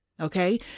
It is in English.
okay